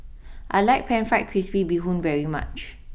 I like Pan Fried Crispy Bee Hoon very much